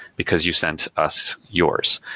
because you sent us yours.